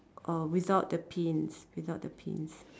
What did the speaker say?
uh without the pins without the pins